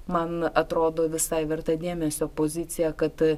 man atrodo visai verta dėmesio pozicija kad